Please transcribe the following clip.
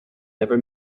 never